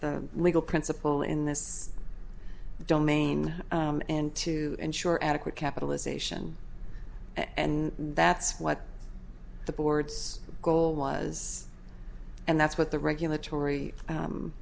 legal principle in this domain and to ensure adequate capitalization and that's what the board's goal was and that's what the regulatory